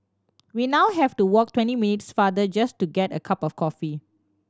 we now have to walk twenty minutes farther just to get a cup of coffee